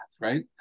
right